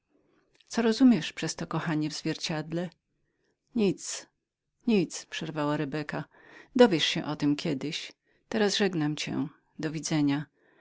rozumieć przez to kochanie w zwierciedle nic nic przerwała rebeka dowiesz się o tem kiedyś teraz żegnam cię do widzenia